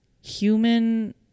human